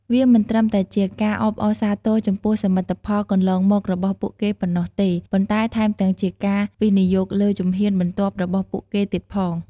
វាមិនត្រឹមតែជាការអបអរសាទរចំពោះសមិទ្ធផលកន្លងមករបស់ពួកគេប៉ុណ្ណោះទេ ប៉ុន្តែថែមទាំងជាការវិនិយោគលើជំហានបន្ទាប់របស់ពួកគេទៀតផង។